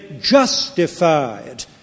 justified